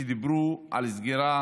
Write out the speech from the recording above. שדיברו על סגירה